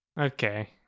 okay